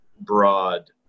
broad